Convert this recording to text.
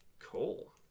Cool